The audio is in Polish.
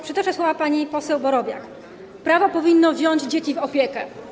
Przytoczę słowa pani poseł Borowiak: Prawo powinno wziąć dzieci w opiekę.